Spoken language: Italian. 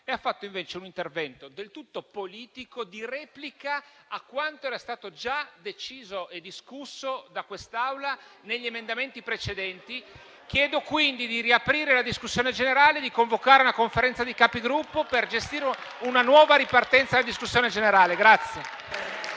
e ha fatto invece un intervento, del tutto politico, di replica a quanto era stato già deciso e discusso da quest'Aula con gli emendamenti precedenti. Chiedo quindi di riaprire la discussione generale, di convocare una Conferenza dei Capigruppo per gestire una nuova ripartenza della discussione generale.